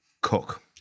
cook